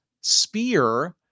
spear